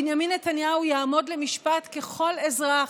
בנימין נתניהו יעמוד למשפט ככל אזרח,